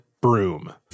broom